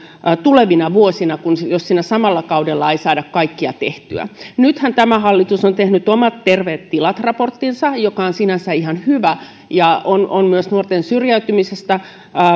tulevina vuosina jos siinä samalla kaudella ei saada kaikkea tehtyä nythän tämä hallitus on tehnyt omat terveet tilat raporttinsa mikä on sinänsä ihan hyvä ja on on myös nuorten syrjäytymisestä